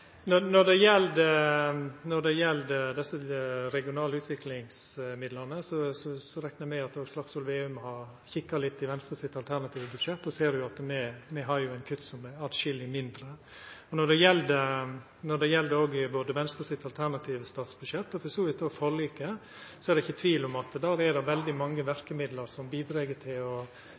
Når det gjeld desse regionale utviklingsmidla, så reknar eg med at Slagsvold Vedum har kika litt i Venstre sitt alternative budsjett og sett at me har eit kutt som er atskilleg mindre. Når det gjeld Venstre sitt alternative statsbudsjett og for så vidt òg forliket, er det ikkje tvil om at der er det veldig mange verkemiddel som òg bidreg til å